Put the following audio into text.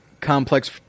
complex